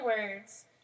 words